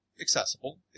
accessible